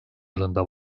yılında